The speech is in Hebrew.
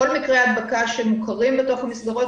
כל מקרי ההדבקה שמוכרים בתוך המסגרות